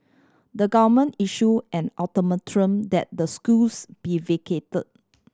the government issued an ultimatum that the schools be vacated